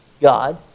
God